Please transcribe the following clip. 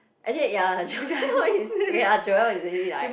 actually ya lah Joel is okay lah Joel easily like